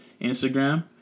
Instagram